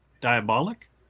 Diabolic